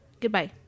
Goodbye